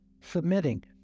Submitting